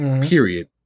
period